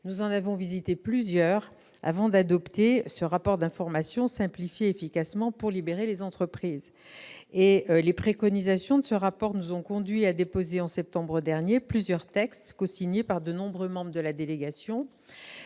plusieurs d'entre eux avant d'adopter le rapport d'information intitulé « Simplifier efficacement pour libérer les entreprises ». Les préconisations de ce rapport nous ont conduits à déposer, en septembre dernier, plusieurs textes cosignés par de nombreux membres de la délégation,